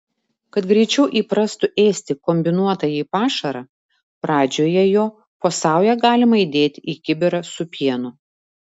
kad greičiau įprastų ėsti kombinuotąjį pašarą pradžioje jo po saują galima įdėti į kibirą su pienu